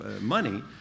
money